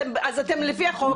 אתם לפי החוק.